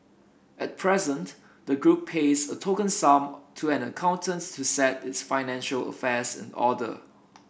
at present the group pays a token sum to an accountants to set its financial affairs in order